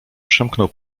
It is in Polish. przemknął